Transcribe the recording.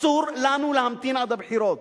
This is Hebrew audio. אסור לנו להמתין עד הבחירות,